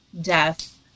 death